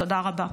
תודה רבה.